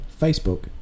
Facebook